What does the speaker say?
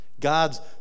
God's